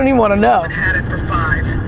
and you know and had it for five.